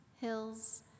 hills